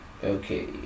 Okay